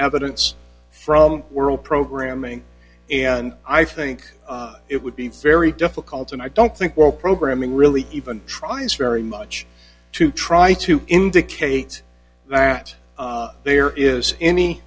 evidence from world programming and i think it would be very difficult and i don't think what programming really even tries very much to try to indicate that there is any